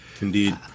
Indeed